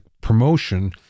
promotion